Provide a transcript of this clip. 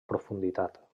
profunditat